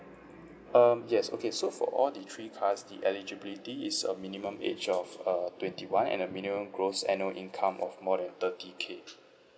um yes okay so for all the three cards the eligibility is a minimum age of uh twenty one and a minimum gross annual income of more than thirty K